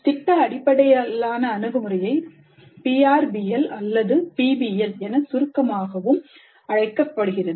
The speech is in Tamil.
திட்ட அடிப்படையான அணுகுமுறை PrBL அல்லது PBL என சுருக்கமாகவும் அழைக்கப்படுகிறது